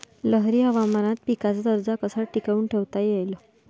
लहरी हवामानात पिकाचा दर्जा कसा टिकवून ठेवता येईल?